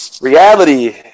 reality